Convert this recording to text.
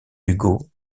hugo